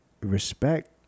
respect